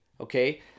okay